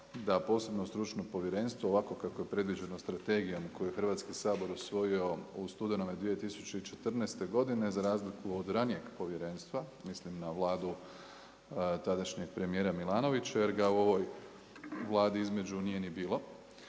da posebno stručno povjerenstvo ovakvo kakvo je predviđeno strategijom koji je Hrvatski sabor usvojio u studenome 2014. godine, za razliku od ranijeg povjerenstva, mislim na Vladu tadašnjeg premijera Milanovića, jer ga u ovoj Vladi između nije ni bilo,